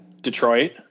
Detroit